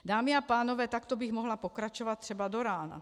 Dámy a pánové, takto bych mohla pokračovat třeba do rána.